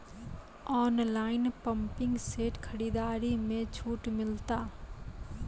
Online pumping set खरीदारी मे छूट मिलता?